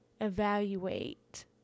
evaluate